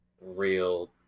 real